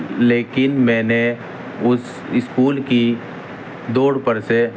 لیکن میں نے اس اسکول کی دوڑ پر سے